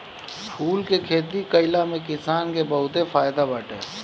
फूल के खेती कईला में किसान के बहुते फायदा बाटे